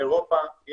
באירופה,